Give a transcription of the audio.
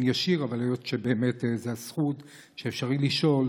ישיר אלא היות שבאמת זו הזכות שאפשר לשאול.